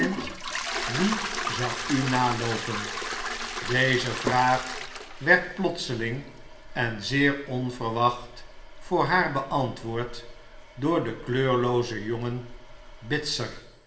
nwie zou u naloopen deze vraag werd plotseling en zeer onverwacht voor naar beantwoord door den kleurloozen jongen bitzer